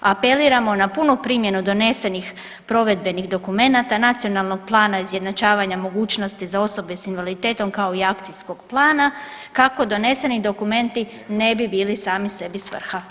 Apeliramo na punu primjenu donesenih provedbenih dokumenata Nacionalnog plana izjednačavanja mogućnosti za osobe sa invaliditetom kao i akcijskog plana kako doneseni dokumenti ne bi bili sami sebi svrha.